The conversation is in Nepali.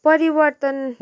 परिवर्तन